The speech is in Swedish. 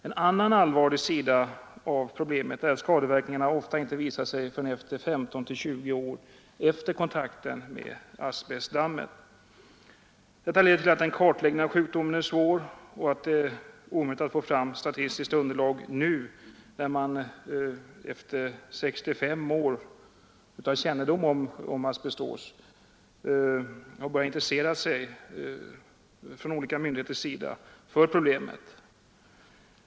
En annan allvarlig sida av problemet är att skadeverkningarna inte visar sig förrän 15—20 år efter kontakten med asbestdammet. Detta leder till att en kartläggning av sjukdomen är svår och att det är omöjligt att få fram statistiskt underlag nu när man 65 år efter upptäckten av asbestos från olika myndigheters sida börjat intressera sig för problemet.